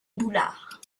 boulard